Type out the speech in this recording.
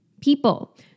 people